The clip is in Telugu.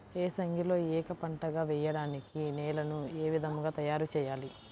ఏసంగిలో ఏక పంటగ వెయడానికి నేలను ఏ విధముగా తయారుచేయాలి?